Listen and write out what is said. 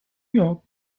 york